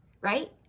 right